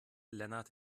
lennart